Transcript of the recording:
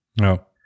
No